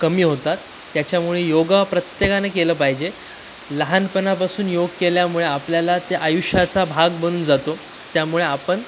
कमी होतात त्याच्यामुळे योगा प्रत्येकानं केलं पाहिजे लहानपणापासून योग केल्यामुळे आपल्याला त्या आयुष्याचा भाग बनून जातो त्यामुळे आपण